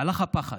הלך הפחד.